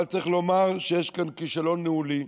אבל צריך לומר שיש כאן כישלון ניהולי.